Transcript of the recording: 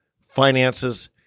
finances